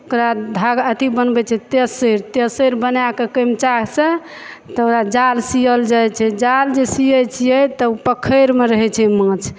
ओकरा धागा अथि बनबै छियै तेसैर तेसैर बना कऽ कमीचासँ तऽ ओकरा जाल सियल जाइ छै जाल जे सियै छियै तऽ ओ पोखरि मे रहै छै माँछ